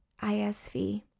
ISV